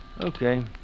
Okay